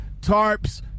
tarps